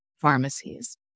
pharmacies